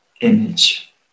image